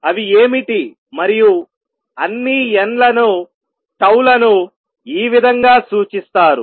అవి ఏమిటి మరియు అన్ని n లను లను ఈ విధంగా సూచిస్తారు